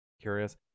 Curious